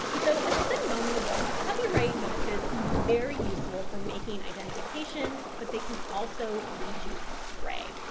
so as i said a moment ago, copyright notices can be very useful for making identifications, but they can also lead you astray,